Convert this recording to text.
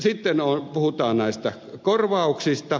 sitten puhutaan näistä korvauksista